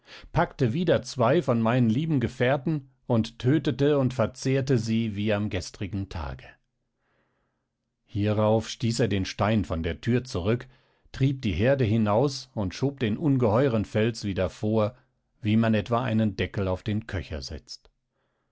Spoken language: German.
packte wieder zwei von meinen lieben gefährten und tötete und verzehrte sie wie am gestrigen tage hierauf stieß er den stein von der thür zurück trieb die herde hinaus und schob den ungeheuren fels wieder vor wie man etwa einen deckel auf den köcher setzt